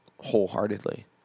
wholeheartedly